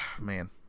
Man